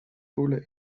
koelen